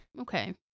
Okay